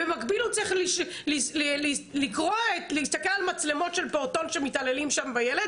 ובמקביל הוא צריך להסתכל על מצלמות של פעוטון שמתעללים שם בילד